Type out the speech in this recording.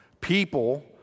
people